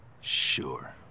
Sure